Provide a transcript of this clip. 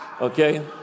okay